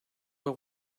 are